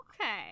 Okay